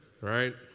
right